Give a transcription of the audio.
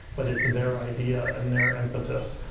but it's their idea and their impetus.